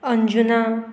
Anjuna